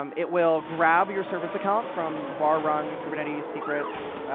um it will grab your service account from var run, kubernetes, secrets,